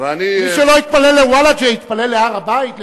מי שלא התפלל לוולג'ה יתפלל להר-הבית לפחות.